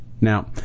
Now